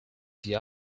the